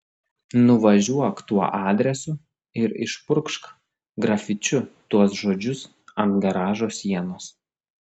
nuvažiuok tuo adresu ir išpurkšk grafičiu tuos žodžius ant garažo sienos